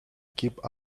keep